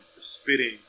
spitting